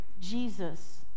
Jesus